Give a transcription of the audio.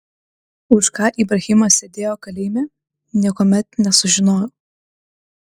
už ką ibrahimas sėdėjo kalėjime niekuomet nesužinojau